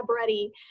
ready